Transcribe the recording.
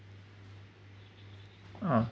uh